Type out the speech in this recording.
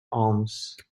omens